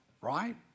right